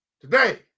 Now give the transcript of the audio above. Today